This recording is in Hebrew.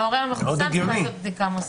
ההורה המחוסן צריך לעשות בדיקה מוסדית.